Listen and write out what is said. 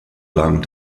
lang